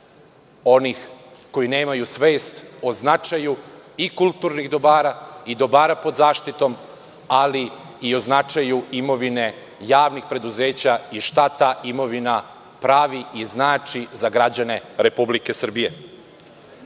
onih koji nemaju svest o značaju i kulturnih dobara i dobara pod zaštitom, ali i o značaju imovine javnih preduzeća i šta ta imovina pravi i znači za građane Republike Srbije. Šteta